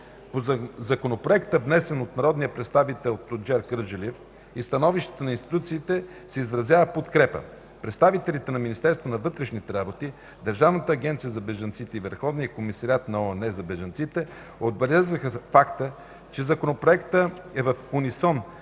По Законопроекта, внесен от народния представител Тунчер Кърджалиев в становищата на институциите се изразява подкрепа. Представителите на Министерство на вътрешните работи, Държавната агенция за бежанците и Върховния комисариат на ООН за бежанците отбелязаха факта, че Законопроектът е в унисон